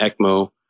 ECMO